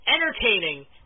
entertaining